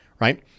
right